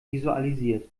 visualisiert